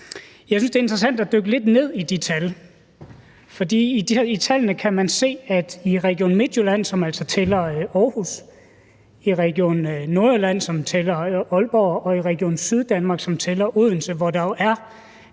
Jeg synes, det er interessant at dykke lidt ned i de tal, for i tallene kan man se, at i Region Midtjylland, som altså tæller Aarhus, i Region Nordjylland, som tæller Aalborg, og i Region Syddanmark, som tæller Odense, hvor der jo